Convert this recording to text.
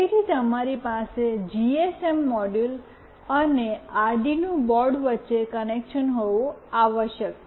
તેથી તમારી પાસે જીએસએમ મોડ્યુલ અને અરડિનો બોર્ડ વચ્ચે કનેક્શન હોવું આવશ્યક છે